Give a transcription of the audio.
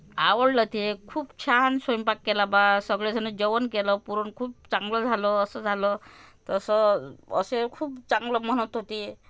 आवडलं ते खूप छान स्वयंपाक केला बा सगळे जण जेवण केलं पुरण खूप चांगलं झालं असं झालं तसं असे खूप चांगलं म्हणत होते